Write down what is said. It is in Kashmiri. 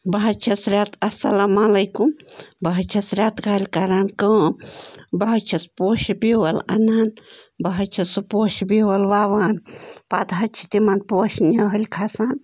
بہٕ حظ چھَس رٮ۪ت اَسَلام علیکُم بہٕ حظ چھَس رٮ۪تہٕ کالہِ کَران کٲم بہٕ حظ چھَس پوشہٕ بیول اَنان بہٕ حظ چھَس سُہ پوشہٕ بیول وَوان پتہٕ حظ چھِ تِمن پوشہٕ نِہٲلۍ کھَسان